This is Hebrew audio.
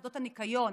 עובדות הניקיון,